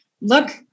Look